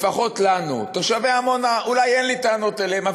לפחות לנו תושבי עמונה, אולי אין לי טענות אליהם.